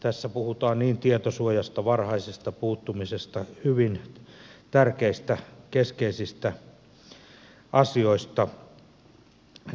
tässä puhutaan niin tietosuojasta kuin varhaisesta puuttumisesta hyvin tärkeistä keskeisistä asioista